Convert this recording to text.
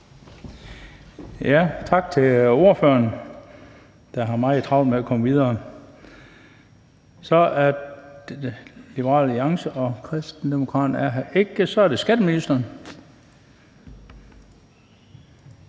Tak til ordføreren, der har meget travlt med at komme videre. Liberal Alliance og Kristendemokraterne er her ikke, og så er det skatteministeren.